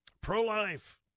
pro-life